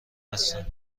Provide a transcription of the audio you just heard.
هستن